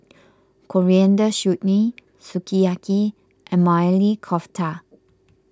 Coriander Chutney Sukiyaki and Maili Kofta